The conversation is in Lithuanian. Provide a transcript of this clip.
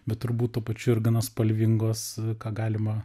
bet turbūt tuo pačiu ir gana spalvingos ką galima